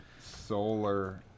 solar